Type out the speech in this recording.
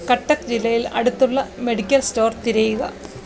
കട്ടക്ക് ജില്ലയിൽ അടുത്തുള്ള medical store തിരയുക